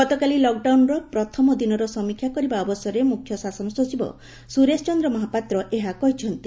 ଗତକାଲି ଲକ୍ଡାଉନ୍ର ପ୍ରଥମ ଦିନର ସମୀକ୍ଷା କରିବା ଅବସରରେ ମୁଖ୍ୟ ଶାସନ ସଚିବ ସୁରେଶ ଚନ୍ଦ୍ ମହାପାତ୍ର ଏହା କହିଛନ୍ତି